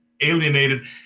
alienated